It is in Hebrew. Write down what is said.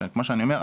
שכמו שאני אומר,